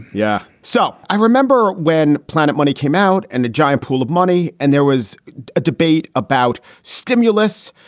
yeah so i remember when planet money came out and a giant pool of money and there was a debate about stimulus,